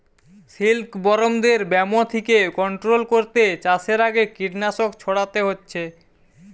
সিল্কবরমদের ব্যামো থিকে কন্ট্রোল কোরতে চাষের আগে কীটনাশক ছোড়াতে হচ্ছে